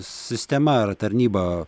sistema ar tarnyba